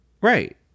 Right